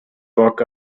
book